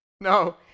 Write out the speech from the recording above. No